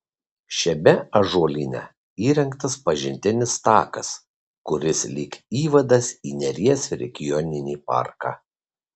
šiame ąžuolyne įrengtas pažintinis takas kuris lyg įvadas į neries regioninį parką